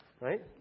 Right